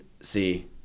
See